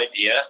idea